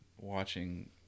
watching